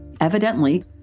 Evidently